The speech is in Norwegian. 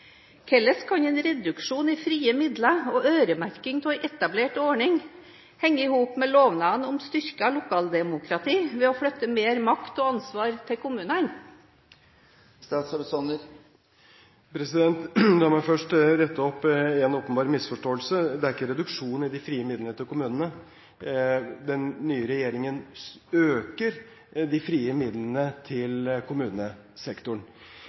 Hvordan kan en reduksjon i frie midler og øremerking av en etablert ordning henge i hop med lovnaden om styrket lokaldemokrati ved å flytte mer makt og ansvar til kommunene? La meg først rette opp en åpenbar misforståelse. Det er ikke reduksjon i de frie midlene til kommunene. Den nye regjeringen øker de frie midlene til kommunesektoren.